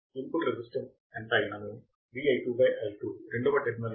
input resistance ఎంత అయినను V i2 i2 రెండవ టెర్మినల్ యొక్క ఇన్పుట్ రెసిస్టెన్స్